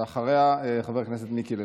ואחריה, חבר הכנסת מיקי לוי.